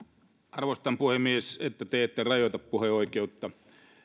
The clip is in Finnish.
arvostan puhemies että te ette rajoita puheoikeutta